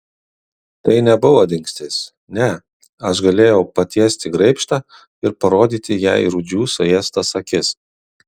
tai nebuvo dingstis ne aš galėjau patiesti graibštą ir parodyti jai rūdžių suėstas akis